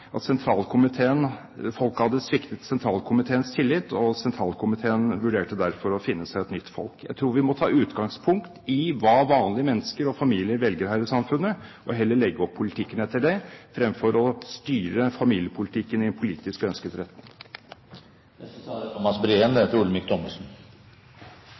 og sentralkomiteen vurderte derfor å finne seg et nytt folk. Jeg tror vi må ta utgangspunkt i hva vanlige mennesker og familier velger her i samfunnet, og heller legge opp politikken etter det, fremfor å styre familiepolitikken i en politisk ønsket retning. Neste taler er Thomas Breen, deretter Olemic Thommessen.